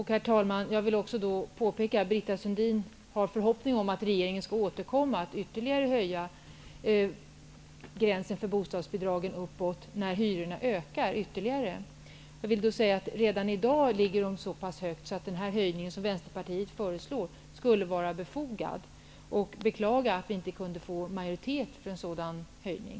Herr talman! Britta Sundin har förhoppningar om att regeringen skall återkomma och ytterligare höja gränsen för bostadsbidragen uppåt när hyrorna ökar. Jag vill då säga att hyrorna redan i dag ligger så pass högt att den höjning som Vänsterpartiet föreslår skulle vara befogad. Jag beklagar att vi inte kunde få majoritet för vårt förslag.